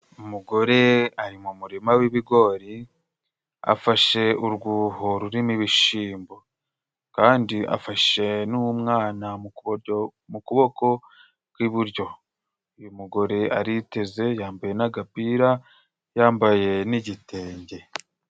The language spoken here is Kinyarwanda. Umugore ari mu murima w'ibigori afashe urwuho, rurimo ibishimbo kandi afashe n'umwana mu kuboko kw'iburyo, uyu mugore ariteze yambaye n'agapira yambaye n'igitenge.